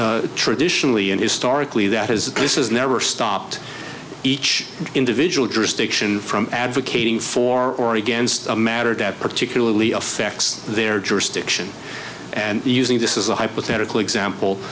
traditionally and historically that has this is never stopped each individual jurisdiction from advocating for or against a matter that particularly affects their jurisdiction and using this as a hypothetical exam